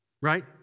right